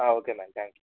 okay madam thank you